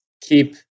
keep